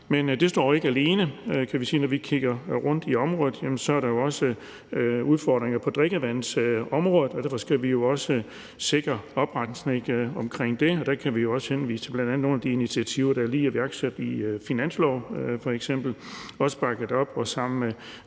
Men det står ikke alene. Når vi kigger på området, er der også udfordringer på drikkevandsområdet, og derfor skal vi jo også sikre oprensning i forbindelse med det, og der kan vi bl.a. henvise til nogle af de initiativer, der lige er iværksat med finansloven, også bakket op af og i samarbejde med